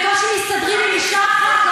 בקושי מסתדרים עם אישה אחת,